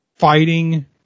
fighting